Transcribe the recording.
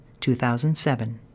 2007